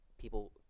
people